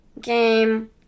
game